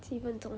七分钟